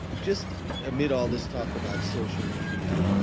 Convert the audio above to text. just amid all this talk about social media,